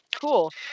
cool